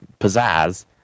pizzazz